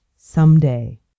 someday